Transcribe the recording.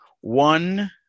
one